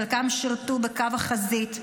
חלקם שירתו בקו החזית,